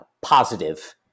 positive